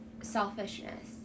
selfishness